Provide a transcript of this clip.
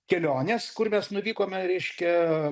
kelionės kur mes nuvykome reiškia